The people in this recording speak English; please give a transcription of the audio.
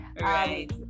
right